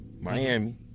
Miami